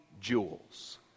jewels